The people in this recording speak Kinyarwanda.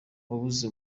wabuze